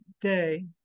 day